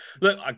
Look